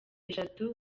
eshatu